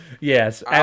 Yes